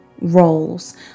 roles